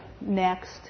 next